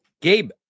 Gabe